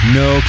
no